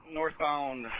Northbound